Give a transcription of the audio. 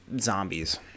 zombies